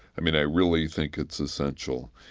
i mean, i really think it's essential.